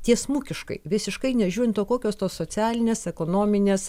tiesmukiškai visiškai nežiūrint to kokios tos socialinės ekonominės